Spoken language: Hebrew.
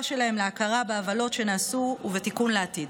שלם להכרה בעוולות שנעשו ולתיקון לעתיד.